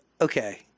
okay